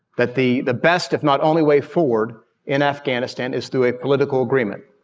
that the the best, if not only, way forward in afghanistan is through a political agreement.